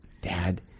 dad